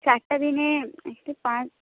চারটা দিনে